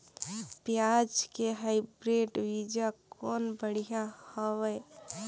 पियाज के हाईब्रिड बीजा कौन बढ़िया हवय?